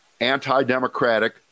anti-democratic